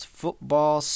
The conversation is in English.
football